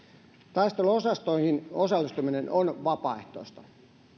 taisteluosastoihin osallistuminen on vapaaehtoista